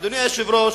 אדוני היושב-ראש,